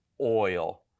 oil